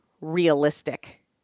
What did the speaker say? realistic